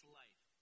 life